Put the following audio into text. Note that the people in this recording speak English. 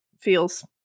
feels